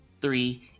three